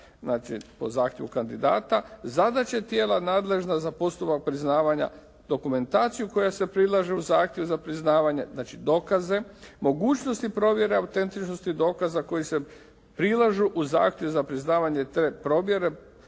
znači po zahtjevu kandidata, zadaće tijela nadležna za postupak priznavanja, dokumentaciju koja se prilaže uz zahtjev za priznavanje znači dokaze. Mogućnosti provjere autentičnosti dokaza koji se prilažu uz zahtjev za priznavanje te promjene